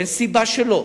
אין סיבה שלא.